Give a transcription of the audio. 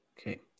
okay